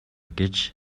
гэж